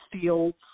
fields